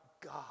God